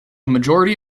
majority